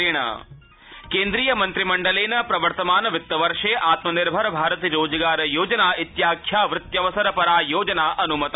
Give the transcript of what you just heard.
cabinet फैसला केन्द्रीय मन्त्रिमण्डलेन प्रवर्तमान वित्तवर्षे आत्मनिर्भर भारत रोजगार योजना इत्याख्या वृत्यवसरपरा योजना अनुमता